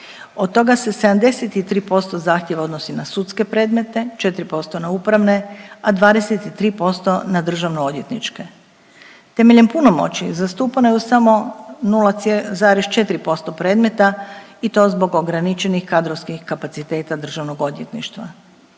od toga se 73% zahtjeva odnosi na sudske predmete, 4% na upravne, a 23% na državno odvjetničke. Temeljem punomoći zastupano je u samo 0,4% predmeta i to zbog ograničenih kadrovskih kapaciteta državnog odvjetništva.